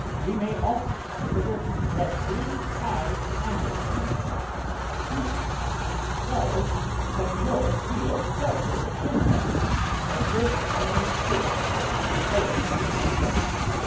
we may also consider that these high pamperings and feasting our selves have no real pleasure in them and this i am sure was the orators judgment,